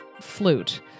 flute